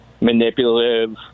manipulative